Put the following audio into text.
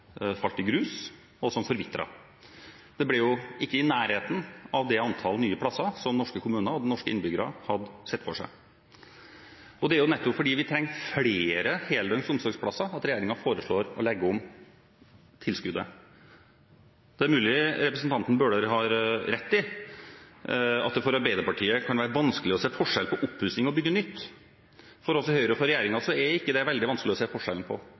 falt i grus, og som forvitret. Det ble ikke i nærheten av det antallet nye plasser som norske kommuner og norske innbyggere hadde sett for seg. Det er nettopp fordi vi trenger flere heldøgns omsorgsplasser at regjeringen foreslår å legge om tilskuddet. Det er mulig representanten Bøhler har rett i at det for Arbeiderpartiet kan være vanskelig å se forskjell på oppussing og å bygge nytt. For oss i Høyre og for regjeringen er ikke det veldig vanskelig å se forskjellen.